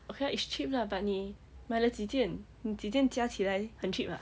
okay lah it's cheap lah but 你买了几件你几件加起来很 cheap !huh!